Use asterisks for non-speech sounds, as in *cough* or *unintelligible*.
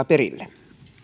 *unintelligible* perille